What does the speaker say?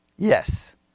Yes